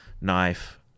knife